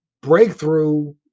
breakthrough